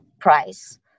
price